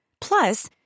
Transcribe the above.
Plus